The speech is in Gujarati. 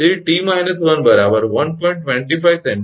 તેથી 𝑡 − 1 1